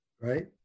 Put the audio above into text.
Right